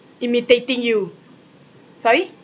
imitating you sorry